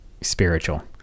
spiritual